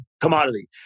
commodity